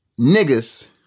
niggas